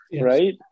right